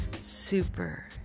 super